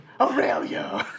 Aurelio